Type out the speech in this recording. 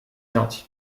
gentil